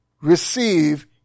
receive